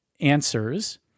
answers